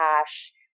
cash